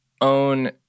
own